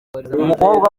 umukobwa